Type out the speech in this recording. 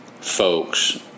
folks